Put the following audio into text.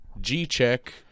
G-check